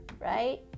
right